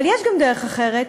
אבל יש גם דרך אחרת,